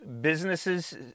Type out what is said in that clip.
businesses